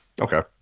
Okay